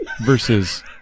versus